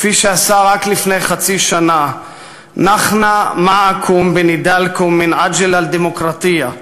כפי שעשה רק לפני חצי שנה: נחנא מעכם בנדאלכם מן אג'ל א-דימקראטיה,